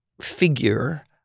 figure